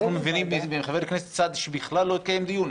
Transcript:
--- אנחנו מבינים מחבר הכנסת סעדי שבכלל לא התקיים דיון.